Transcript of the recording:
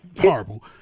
horrible